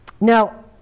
Now